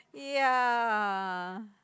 ya